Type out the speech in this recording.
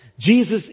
Jesus